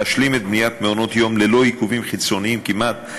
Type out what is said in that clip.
להשלים את בניית מעונות-היום ללא עיכובים חיצוניים כמעט,